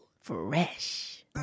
Fresh